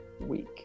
week